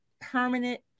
permanent